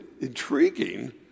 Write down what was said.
intriguing